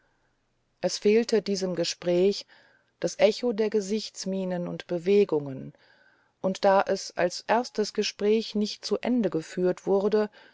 es fehlte diesem gespräch das echo der gesichtsmienen und bewegungen und da es als erstes gespräch nicht zu ende geführt wurde